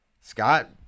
Scott